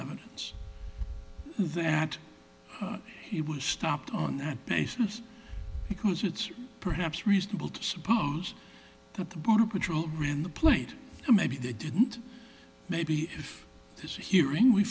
evidence that he was stopped on that basis because it's perhaps reasonable to suppose that the border patrol ran the plate or maybe they didn't maybe if there's a hearing we